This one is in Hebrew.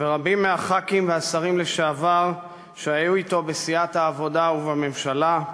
ורבים מחברי הכנסת והשרים לשעבר שהיו אתו בסיעת העבודה ובממשלה,